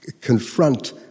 confront